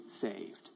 saved